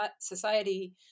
society